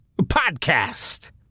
podcast